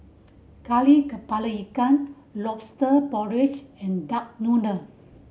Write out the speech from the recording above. Kari Kepala Ikan Lobster Porridge and duck noodle